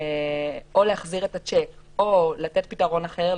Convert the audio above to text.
או להחזיר את השיק או לתת פתרון אחר,